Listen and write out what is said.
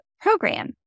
program